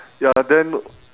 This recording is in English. ya then